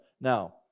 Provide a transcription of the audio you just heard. now